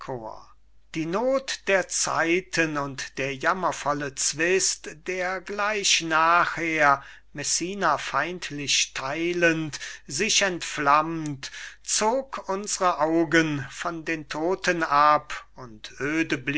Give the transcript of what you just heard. die noth der zeiten und der jammervolle zwist der gleich nachher messina feindlich theilend sich entflammt zog unsre augen von den todten ab und